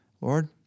Lord